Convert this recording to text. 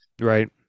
right